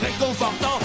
réconfortant